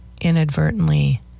inadvertently